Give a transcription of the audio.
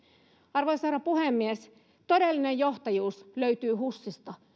arvoisa herra puhemies todellinen johtajuus löytyy husista